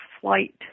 flight